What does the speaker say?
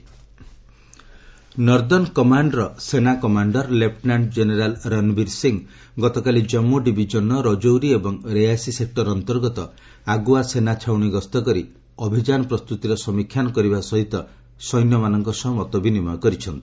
army commander Jammu northern commander ସେନା commander lieutenant general Ranbir Singh ଗତକାଲି ଜାନ୍ମୁ ଡିଭିଜନର ରାଜୌରୀ ଏବଂ ରେୟାସି ସେକୂର ଅନ୍ତର୍ଗତ ଆଗୁଆ ସେନା ଛାଉଣି ଗସ୍ତ କରି ଅଭିଯାନ ପ୍ରସ୍ତୁତିର ସମୀକ୍ଷା କରିବା ସହିତ ସୈନ୍ୟମାନଙ୍କ ସହ ମତ ବିନିମୟ କରିଛନ୍ତି